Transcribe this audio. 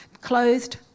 clothed